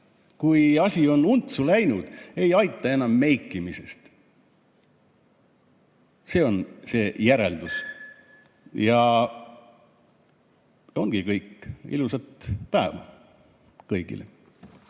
Kui asi on untsu läinud, ei aita enam meikimisest. See on see järeldus. Ja ongi kõik. Ilusat päeva kõigile.